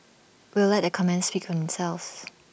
we'll let the comments speak themselves